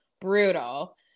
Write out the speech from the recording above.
brutal